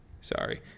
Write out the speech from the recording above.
Sorry